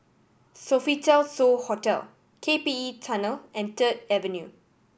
Sofitel So Hotel K P E Tunnel and Third Avenue